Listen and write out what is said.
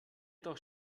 doch